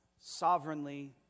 sovereignly